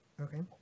Okay